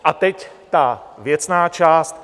A teď ta věcná část.